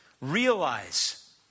Realize